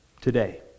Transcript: today